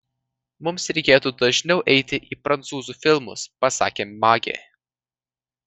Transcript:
mums reikėtų dažniau eiti į prancūzų filmus pasakė magė